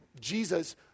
Jesus